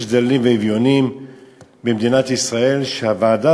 יש דלים ואביונים במדינת ישראל שהוועדה